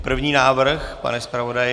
První návrh, pane zpravodaji?